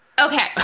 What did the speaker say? Okay